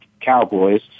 Cowboys